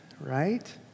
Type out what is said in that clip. right